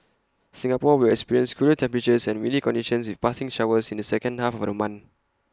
Singapore will experience cooler temperatures and windy conditions with passing showers in the second half of the month